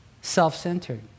self-centered